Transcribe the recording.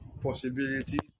possibilities